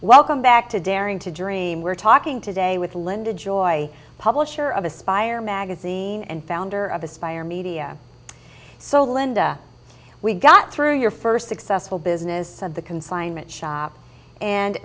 welcome back to daring to dream we're talking today with linda joy publisher of aspire magazine and founder of aspire media so linda we got through your first successful business of the consignment shop and